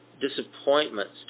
disappointments